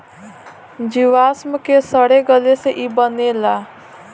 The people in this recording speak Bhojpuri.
जीवाश्म के सड़े गले से ई बनेला